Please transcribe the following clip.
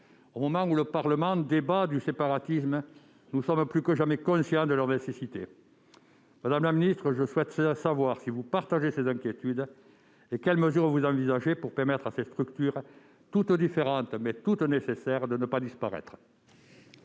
Au moment où le Parlement débat du séparatisme, nous sommes plus que jamais conscients de leur nécessité. Madame la secrétaire d'État, je souhaite savoir si vous partagez ces inquiétudes et connaître les mesures que vous envisagez pour permettre à ces structures, toutes différentes, mais toutes nécessaires, de ne pas disparaître.